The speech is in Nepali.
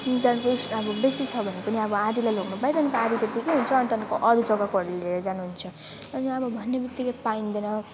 इन्टर बेस्ट अब बेसी छ भने पनि अब आधीलाई लानु बाहिर अनि आधी त्यतिकै हुन्छ अनि त्यहाँदेखिको अरू जगाकाहरूले जानु हुन्छ अनि अब भन्ने बित्तिकै पाइँदैन